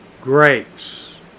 Grace